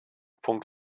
punkt